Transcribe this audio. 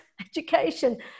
education